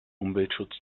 umweltschutz